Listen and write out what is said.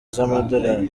z’amadolari